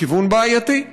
בכיוון בעייתי.